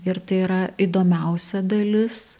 ir tai yra įdomiausia dalis